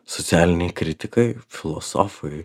socialiniai kritikai filosofai